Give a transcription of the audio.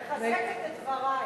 אני מחזקת את דברייך.